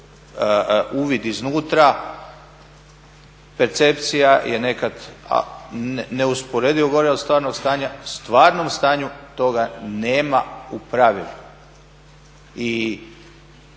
uvid iznutra, percepcija je nekad neusporedivo gora od stvarnog stanja, u stvarnom stanju toga nema u pravilu.